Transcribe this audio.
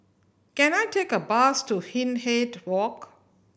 can I take a bus to Hindhede Walk